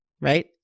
right